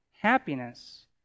happiness